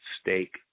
stake